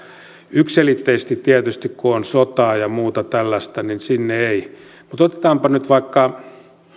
yksiselitteisesti tietysti kun on sotaa ja muuta tällaista niin sinne ei viedä mutta otetaanpa nyt vaikka